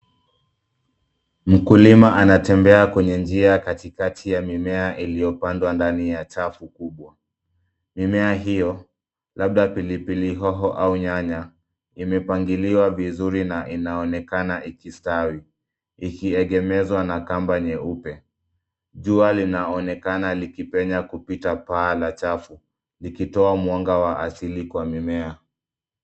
Mkulima anatembea kwenye njia katikati ya mimea iliyopandwa ndani ya chafu kubwa. Mimea hiyo, labda pilipili hoho au nyanya, imepangiliwa vizuri na inaonekana ikistawi, ikiegemezwa na kamba nyeupe. Jua linaonekana likipenya kupita paa la chafu, likitoa mwanga wa asili kwa mimea.